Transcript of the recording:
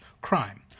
crime